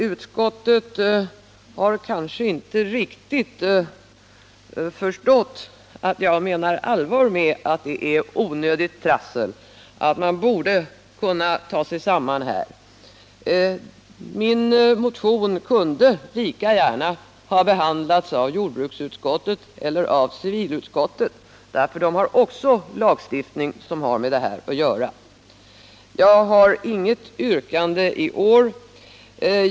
Utskottet har kanske inte riktigt förstått att jag menar allvar med att det är onödigt trassel och att man borde kunna göra någonting åt det här. Min motion kunde lika gärna ha behandlats av jordbruksutskottet eller av civilutskottet, för de behandlar också lagstiftning som har med det här att göra. Jag har inget yrkande i år.